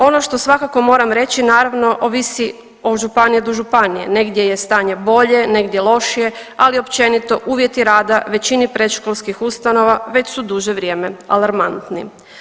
Ono što svakako moram reći naravno ovisi od županije do županije, negdje je stanje bolje, negdje lošije, ali općenito uvjeti rada većini predškolskih ustanova već su duže vrijeme alarmantni.